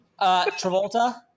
Travolta